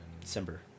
December